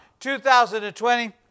2020